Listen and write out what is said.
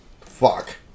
Fuck